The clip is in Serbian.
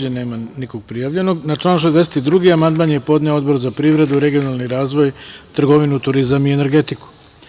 Da li neko želi reč? (Ne) Na član 62. amandman je podneo Odbor za privredu, regionalni razvoj, trgovinu, turizam i energetiku.